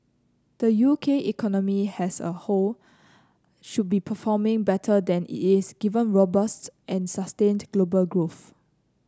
the U K economy has a whole should be performing better than it is given robust and sustained global growth